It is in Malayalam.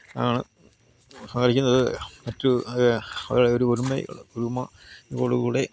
ആണ് സഹകരിക്കുന്നത് മറ്റു അവരൊരു ഒരുമയോടുകൂടി